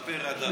שתשתפר עד אז.